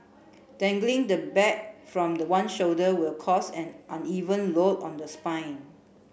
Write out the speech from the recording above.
dangling the bag from the one shoulder will cause an uneven load on the spine